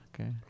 okay